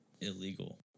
illegal